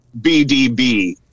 BDB